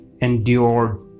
endured